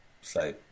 say